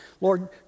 Lord